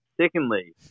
Secondly